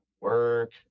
work